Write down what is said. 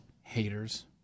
Haters